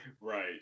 right